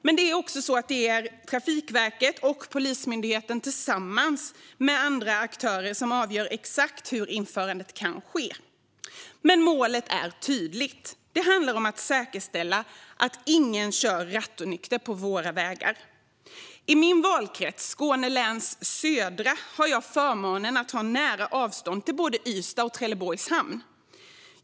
Men det är Trafikverket och Polismyndigheten som tillsammans med andra aktörer avgör exakt hur införandet kan ske. Målet är dock tydligt. Det handlar om att säkerställa att ingen kör rattonykter på våra vägar. I min valkrets Skåne läns södra har jag förmånen att ha nära avstånd till hamnarna i både Ystad och Trelleborg.